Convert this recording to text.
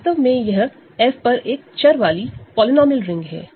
वास्तव में यह F पर एक वेरिएबल वाली पॉलिनॉमियल रिंग है